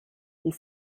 die